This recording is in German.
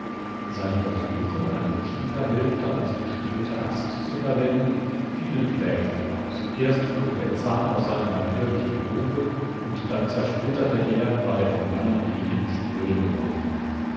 seine versuche eine kieferhälfte als gestielte axt zu verwenden fielen kläglich aus erst flog der zahn aus seiner natürlichen grube und dann zersplitterte er weil er vom langen liegen spröde geworden war